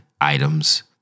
items